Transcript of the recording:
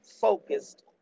focused